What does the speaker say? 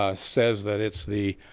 ah says that it's the